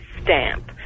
stamp